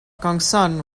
gongsun